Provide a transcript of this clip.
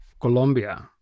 colombia